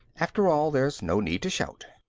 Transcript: after all, there's no need to shout.